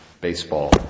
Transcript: baseball